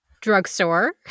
Drugstore